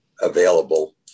available